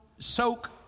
Soak